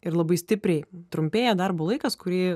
ir labai stipriai trumpėja darbo laikas kurį